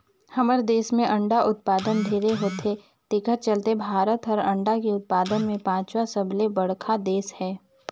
हमर देस में अंडा उत्पादन ढेरे होथे तेखर चलते भारत हर अंडा के उत्पादन में पांचवा सबले बड़खा देस हे